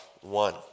one